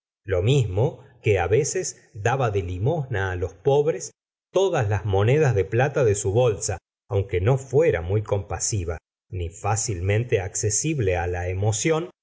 lo mismo que veces daba de limosna los pobres todas las monedas de plata de su bolsa aunque no fuera muy compasiva ni fácilmente accesible la emoción